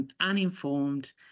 uninformed